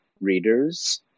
readers